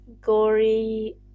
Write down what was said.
gory